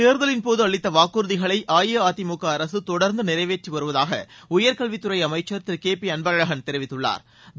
தேர்தலின்போது அளித்த வாக்குறுதிகளை அஇஅதிமுக அரசு தொடர்ந்து நிறைவேற்றி வருவதாக உயர்கல்வித் துறை அமைச்சா் திரு கே பி அன்பழகன் தெரிவித்துள்ளாா்